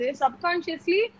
subconsciously